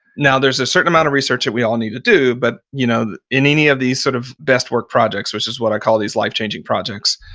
now, there's a certain amount of research that we all need to do, but you know in any of these sort of best-work projects, which is what i call these life-changing projects,